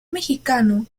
mexicano